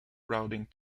routing